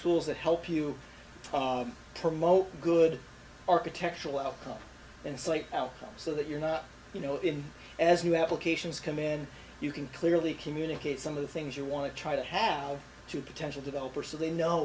tools that help you promote good architectural outcomes and so like so that you're not you know in as new applications command you can clearly communicate some of the things you want to try to have two potential developer so they know